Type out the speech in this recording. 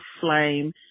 Flame